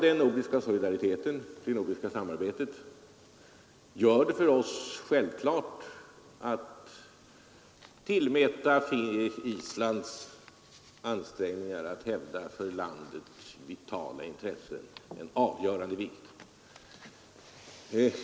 Den nordiska solidariteten, det nordiska samarbetet, gör det för oss självklart att tillmäta Islands ansträngningar att hävda för landet vitala intressen en avgörande vikt.